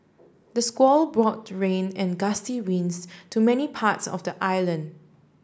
the squall brought rain and gusty winds to many parts of the island